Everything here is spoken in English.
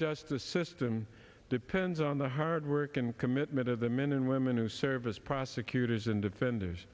justice system depends on the hard work and commitment of the men and women who serve as prosecutors and defenders